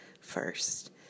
first